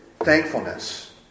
thankfulness